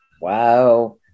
wow